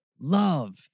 love